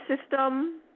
system